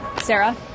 Sarah